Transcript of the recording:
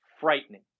frightening